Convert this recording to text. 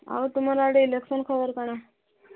ଆଉ ତୁମର ଆଡ଼େ ଇଲେକ୍ସନ୍ ଖବର କ'ଣ